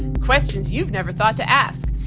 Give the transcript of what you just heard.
questions you've never thought to ask.